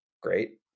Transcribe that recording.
great